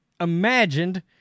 imagined